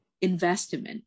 investment